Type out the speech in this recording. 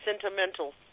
sentimental